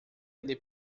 ele